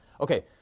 Okay